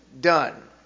done